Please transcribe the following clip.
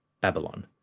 Babylon